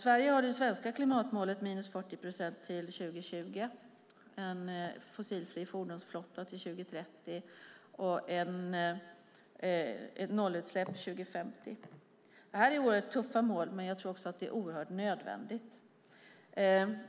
De svenska klimatmålen är minus 40 procent av utsläppen till 2020, en fossilfri fordonsflotta till 2030 och nollutsläpp till 2050. Detta är oerhört tuffa mål, men jag tror också att de är oerhört nödvändiga.